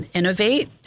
innovate